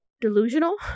delusional